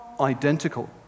identical